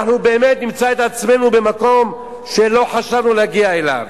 אנחנו באמת נמצא את עצמנו במקום שלא חשבנו להגיע אליו.